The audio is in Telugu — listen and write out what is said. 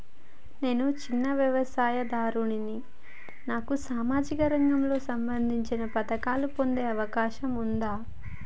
నేను చిన్న వ్యవసాయదారుడిని నాకు సామాజిక రంగానికి సంబంధించిన పథకాలు పొందే అవకాశం ఉందా?